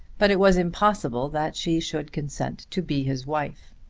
but it was impossible that she should consent to be his wife.